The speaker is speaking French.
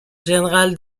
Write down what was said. général